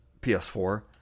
PS4